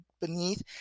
beneath